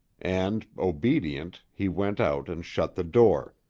and, obedient, he went out and shut the door,